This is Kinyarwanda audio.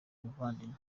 muvandimwe